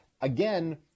again